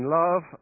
love